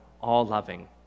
all-loving